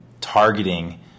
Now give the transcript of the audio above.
targeting